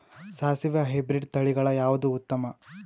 ಸಾಸಿವಿ ಹೈಬ್ರಿಡ್ ತಳಿಗಳ ಯಾವದು ಉತ್ತಮ?